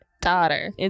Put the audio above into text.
Daughter